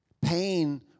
Pain